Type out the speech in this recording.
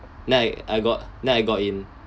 then I I got then I got in